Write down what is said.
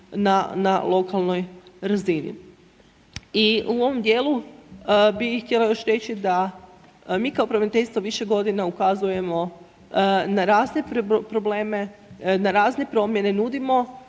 na lokalnoj razini. I u ovom dijelu bi htjela još reći da mi kao pravobraniteljstvo više godina ukazujemo na razne probleme, na razne promjene, nudimo